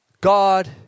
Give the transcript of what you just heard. God